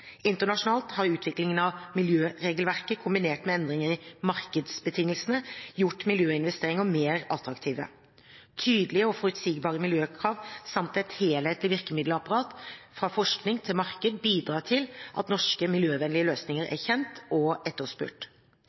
Internasjonalt har utviklingen av miljøregelverket, kombinert med endringer i markedsbetingelsene, gjort miljøinvesteringer mer attraktive. Tydelige og forutsigbare miljøkrav samt et helhetlig virkemiddelapparat fra forskning til marked bidrar til at norske miljøvennlige løsninger er kjent og etterspurt.